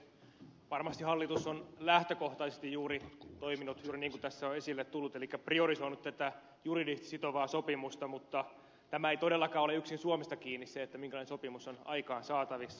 varmasti hallitus on lähtökohtaisesti toiminut juuri niin kuin tässä on esille tullut elikkä priorisoinut tätä juridisesti sitovaa sopimusta mutta tämä ei todellakaan ole yksin suomesta kiinni minkälainen sopimus on aikaansaatavissa